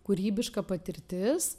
kūrybiška patirtis